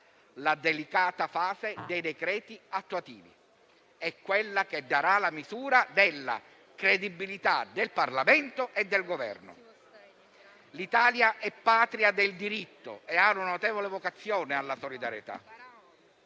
La delicata fase dei decreti attuativi è quella che darà la misura della credibilità del Parlamento e del Governo. L'Italia è patria del diritto e ha una notevole vocazione alla solidarietà.